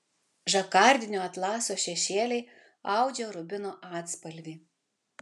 žakardinio atlaso šešėliai audžia rubino atspalvį